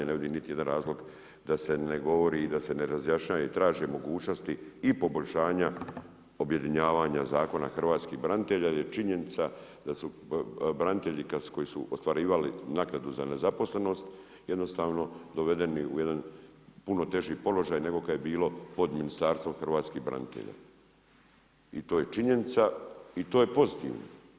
Ne vidim niti jedan razlog da se ne govori i da se ne razjašnjava i traže mogućnosti i poboljšanja objedinjavanja Zakona o hrvatskim braniteljima jer je činjenica da su branitelji koji su ostvarivali naknadu za nezaposlenost jednostavno dovedeni u jedan puno teži položaj nego kada je bilo pod Ministarstvom hrvatskih branitelja i to je činjenica i to je pozitivno.